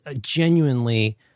genuinely